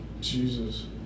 Jesus